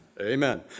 Amen